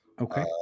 Okay